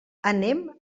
anem